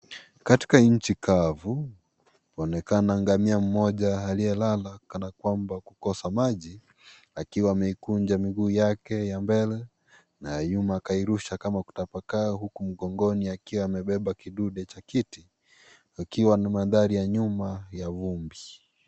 Katika nchi kavu kunaonekana ngamia mmoja aliyelala kana kwamba kukosa maji akiwa ameikunja miguu yake ya mbele na nyuma akairusha kama kutapakaa huku mgongoni akiwa amebeba kidude cha kiti kikiwa na mandhari ya nyuma ya vumbi.